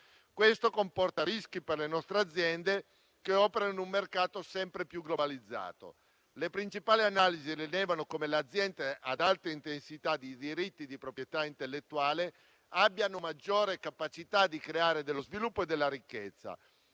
Questo comporta rischi per le nostre aziende che operano in un mercato sempre più globalizzato. Le principali analisi rilevano come aziende ad alta intensità di diritti di proprietà intellettuale abbiano maggiore capacità di creare sviluppo e ricchezza.